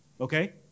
Okay